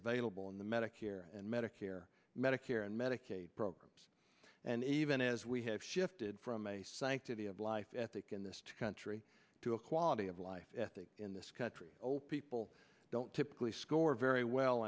available in the medicare and medicare medicare and medicaid programs and even as we have shifted from a sanctity of life ethic in this country to a quality of life ethic in this country o p people don't typically score very well